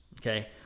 Okay